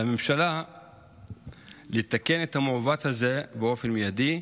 על הממשלה לתקן את המעוות הזה באופן מיידי.